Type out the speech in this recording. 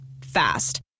Fast